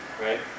right